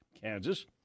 Kansas